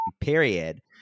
period